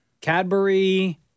Cadbury